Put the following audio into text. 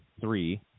three